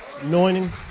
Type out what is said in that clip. anointing